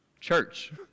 Church